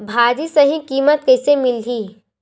भाजी सही कीमत कइसे मिलही?